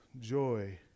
joy